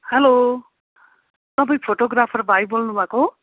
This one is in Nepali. हेलो तपाईँ फोटोग्राफर भाइ बोल्नु भएको हो